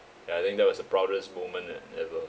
ya I think that was the proudest moment e~ ever